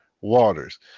waters